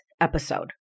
episode